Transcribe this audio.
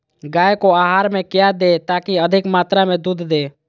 गाय को आहार में क्या दे ताकि अधिक मात्रा मे दूध दे?